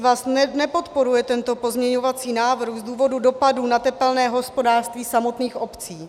Svaz nepodporuje tento pozměňovací návrh z důvodu dopadů na tepelné hospodářství samotných obcí.